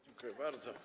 Dziękuję bardzo.